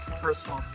personal